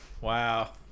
Wow